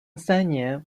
三年